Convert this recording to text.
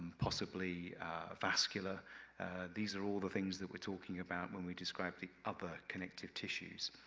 possibly vascular these are all the things that we're talking about when we describe the other connective tissues.